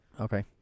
okay